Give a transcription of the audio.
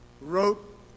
wrote